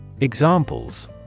Examples